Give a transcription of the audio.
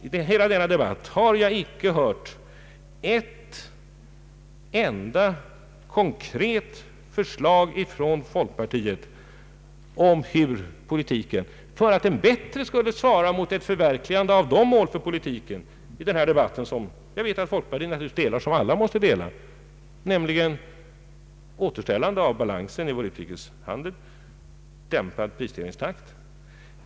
I hela denna debatt har jag icke hört ett enda konkret förslag från folkpartiet om hur politiken bättre skall kunna förverkliga de mål som folkpartiet naturligtvis måste dela — och som alla måste dela — nämligen återställande av balansen i vår utrikeshandel och dämpad prisstegringstakt.